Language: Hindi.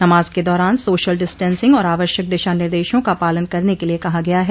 नमाज के दौरान सोशल डिस्टेंसिंग और आवश्यक दिशा निर्देशों का पालन करने के लिये कहा गया है